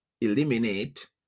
eliminate